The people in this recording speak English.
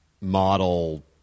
model